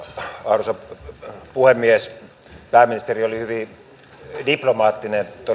arvoisa puhemies pääministeri oli hyvin diplomaattinen